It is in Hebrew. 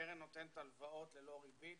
הקרן נותנת הלוואות ללא ריבית.